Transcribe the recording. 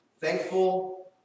Thankful